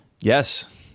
Yes